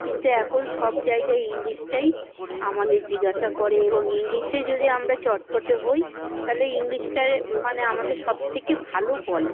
কিন্তু এখন সব জায়গায় ইংলিশটাই আমাদের জিজ্ঞাসা করে এবং ইংলিশে যদি আমরা চটপটে হই তালে ইংলিশটা মানে আমাদের সব থেকে ভালো বলে